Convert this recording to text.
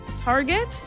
Target